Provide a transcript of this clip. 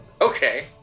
Okay